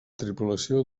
tripulació